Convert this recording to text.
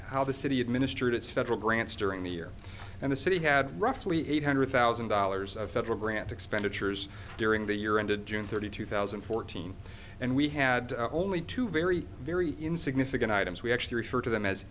how the city administered its federal grants during the year and the city had roughly eight hundred thousand dollars of federal grant expenditures during the year ended june thirtieth two thousand and fourteen and we had only two very very insignificant items we actually refer to them as